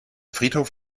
friedhof